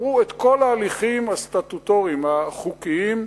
עברו את כל ההליכים הסטטוטוריים החוקיים,